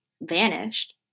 vanished